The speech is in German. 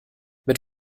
mit